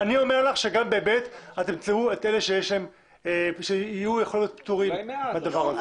אני אומר לך שגם ב-ב' תמצאו את אלה שיכול להיות שיהיו פטורים מהדבר הזה.